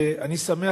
ואני שמח,